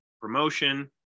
promotion